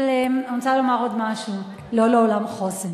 אבל אני רוצה לומר עוד משהו: לא לעולם חוסן.